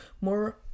more